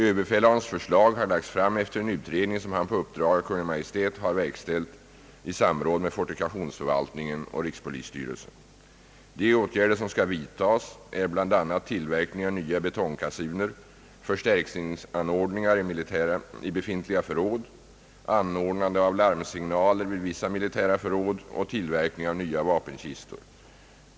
Överbefälhavarens förslag har lagts fram efter en utredning som han på uppdrag av Kungl. Maj:t har verkställt i samråd med fortifikationsförvaltningen och rikspolisstyrelsen. De åtgärder som skall vidtas är bl.a. tillverkning av nya betongkassuner, förstärkningsanordningar i befintliga förråd, anordnande av larmsignaler vid vissa militära förråd och tillverkning av nya vapenkistor.